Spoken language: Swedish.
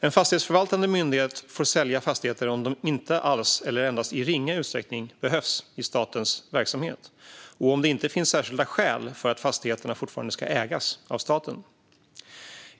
En fastighetsförvaltande myndighet får sälja fastigheter om de inte alls eller endast i ringa utsträckning behövs i statens verksamhet och om det inte finns särskilda skäl för att fastigheterna fortfarande ska ägas av staten.